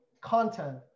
content